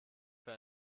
für